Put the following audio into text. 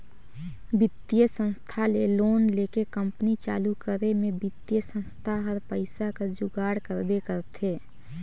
बित्तीय संस्था ले लोन लेके कंपनी चालू करे में बित्तीय संस्था हर पइसा कर जुगाड़ करबे करथे